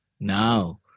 Now